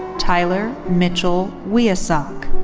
tyler mitchell woei-a-sack.